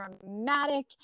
dramatic